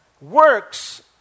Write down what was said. Works